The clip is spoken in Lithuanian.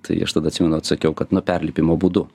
tai aš tada atsimenu atsakiau kad na perlipimo būdu